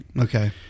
Okay